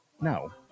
No